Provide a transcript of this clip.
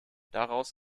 daraus